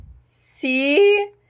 See